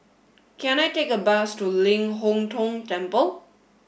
can I take a bus to Ling Hong Tong Temple